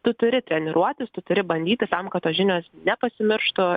tu turi treniruotis tu turi bandyti tam kad tos žinios nepasimirštų